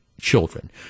children